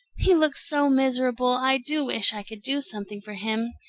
he looks so miserable i do wish i could do something for him.